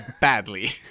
badly